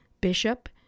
Bishop